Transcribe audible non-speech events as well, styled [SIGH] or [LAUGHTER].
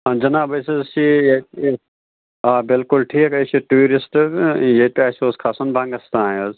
جناب أسۍ حظ چھِ [UNINTELLIGIBLE] آ بِلکُل ٹھیٖک أسۍ چھِ ٹوٗرِسٹ ییٚتہِ اَسہِ اوس کھسُن بھنٛگَس تام حظ